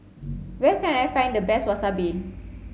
where can I find the best Wasabi